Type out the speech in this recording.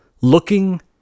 looking